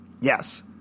Yes